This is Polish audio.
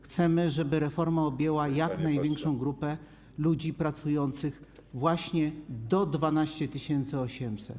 Chcemy, żeby reforma objęła jak największą grupę ludzi pracujących, właśnie do 12 800 zł.